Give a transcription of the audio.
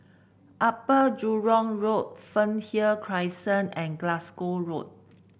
Upper Jurong Road Fernhill Crescent and Glasgow Road